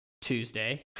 Tuesday